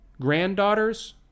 granddaughters